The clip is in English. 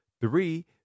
Three